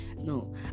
no